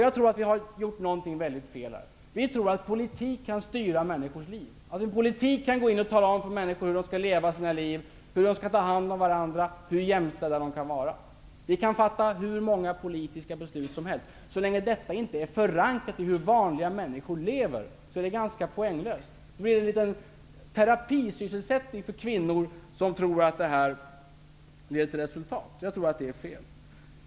Jag tror vi har gjort någonting väldigt fel: Vi tror att politik kan styra människors liv. Att politiken kan tala om för människor hur de skall leva sina liv, hur de skall ta hand om varandra, hur jämställda de kan vara. Vi kan fatta hur många politiska beslut som helst -- så länge detta inte är förankrat i hur vanliga människor lever är det ganska poänglöst. Det blir en liten terapisysselsättning för kvinnor som tror att det här leder till resultat. Jag tror att det är fel.